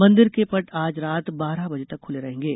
मंदिर के पट आज रात बारह बजे तक खुले रहेंगे